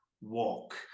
walk